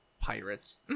pirates